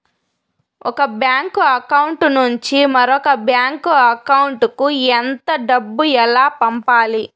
ఒక bank account నుంచి మరొక బ్యాంకు అకౌంట్ కు ఎంత డబ్బు ఎలా పంపాలి